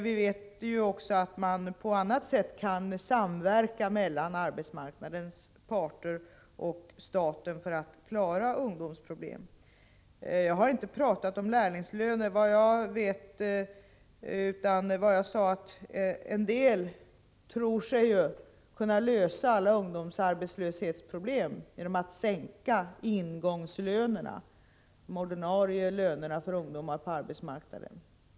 Vi vet ju att arbetsmarknadens parter och staten på annat sätt kan samverka för att klara ungdomens problem. Jag har inte talat om lärlingslöner, utan vad jag sade var att en del ju tror sig kunna lösa alla ungdomsarbetslöshetsproblem genom att sänka ingångslönerna, de ordinarie lönerna för ungdomar på arbetsmarknaden.